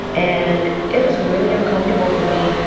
and it was really uncomfortable for me.